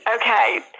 Okay